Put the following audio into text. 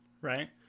right